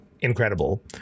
incredible